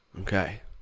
Okay